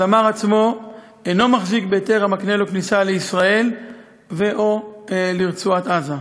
הזמר עצמו אינו מחזיק בהיתר המקנה לו כניסה לישראל ו/או לרצועת-עזה.